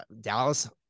Dallas